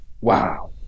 wow